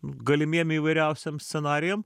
galimiem įvairiausiem scenarijam